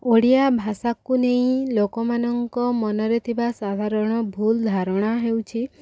ଓଡ଼ିଆ ଭାଷାକୁ ନେଇ ଲୋକମାନଙ୍କ ମନରେ ଥିବା ସାଧାରଣ ଭୁଲ ଧାରଣା ହେଉଛି